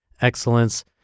excellence